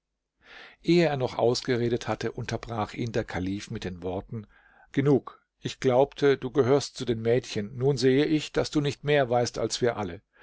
er noch ausgeredet hatte unterbrach ihn der kalif mit den worten genug ich glaubte du gehörst zu den mädchen nun sehe ich daß du nicht mehr weißt als wir alle